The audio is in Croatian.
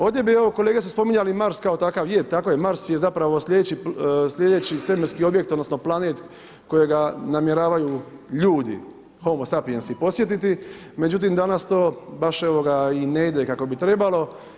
Ovdje bi, evo kolege su spominjali Mars kao takav, je, tako je, Mars je zapravo sljedeći svemirski objekt, odnosno planet kojega namjeravaju ljudi, homosapijensi posjetiti međutim danas to, baš evo ga i ne ide kako bi trebalo.